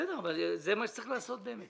אבל זה מה שצריך לעשות באמת.